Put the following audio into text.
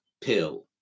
pill